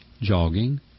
jogging